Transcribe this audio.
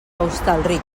hostalric